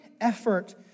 effort